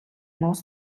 нууц